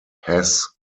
hess